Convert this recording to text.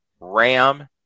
Ram